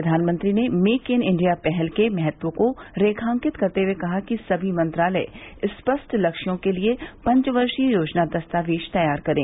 प्रधानमंत्री ने make in India पहल के महत्व को रेखांकित करते हुए कहा कि सभी मंत्रालय स्पष्ट लक्ष्यों के लिये पंचवर्षीय योजना दस्तावेज़ तैयार करें